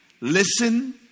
listen